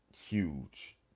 huge